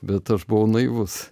bet aš buvau naivus